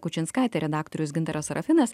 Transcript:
kučinskaitė redaktorius gintaras serafinas